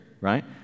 right